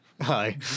hi